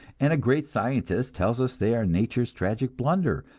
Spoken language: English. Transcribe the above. and a great scientist tells us they are nature's tragic blunder,